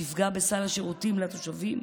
ותפגע בסל השירותים לתושבים,